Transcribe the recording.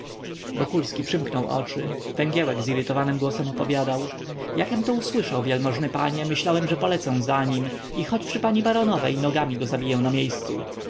wokulski przymknął oczy węgielek zirytowanym głosem opowiadał jakem to usłyszał wielmożny panie myślałem że polecę za nim i choć przy pani baronowej nogami go zabiję na miejscu